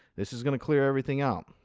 this is going to clear everything out.